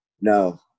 No